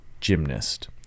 gymnast